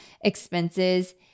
expenses